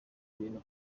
ibintu